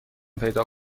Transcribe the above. پیدا